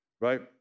right